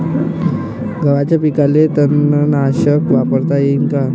गव्हाच्या पिकाले तननाशक वापरता येईन का?